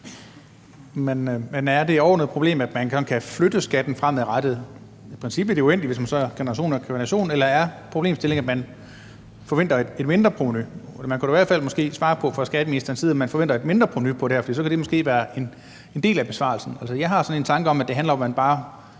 problem, at man kan skubbe skatten foran sig, i princippet uendeligt, fra generation til generation? Eller er problemstillingen, at man forventer et mindre provenu? Man kunne da måske i hvert fald fra skatteministerens side svare på, om man forventer et mindre provenu ved det her, for så kan det måske være en del af besvarelsen. Altså, jeg har sådan en tanke om, at det handler om, at man bare